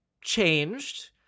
changed